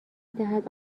دهد